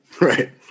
Right